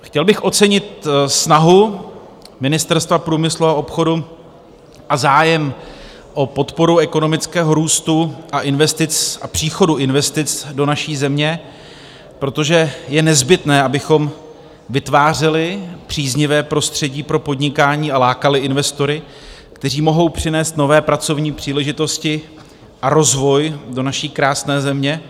Chtěl bych ocenit snahu Ministerstva průmyslu a obchodu a zájem o podporu ekonomického růstu a příchodu investic do naší země, protože je nezbytné, abychom vytvářeli příznivé prostředí pro podnikání a lákali investory, kteří mohou přinést nové pracovní příležitosti a rozvoj do naší krásné země.